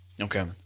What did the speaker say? Okay